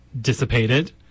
dissipated